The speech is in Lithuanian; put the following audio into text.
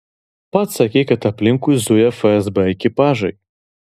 pats sakei kad aplinkui zuja fsb ekipažai